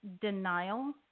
denial